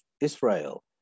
Israel